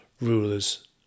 rulers